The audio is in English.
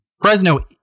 Fresno